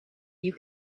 you